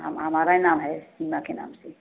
हम हमारा ही नाम है सीमा के नाम से